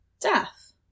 death